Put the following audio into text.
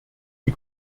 die